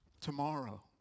tomorrow